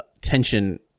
tension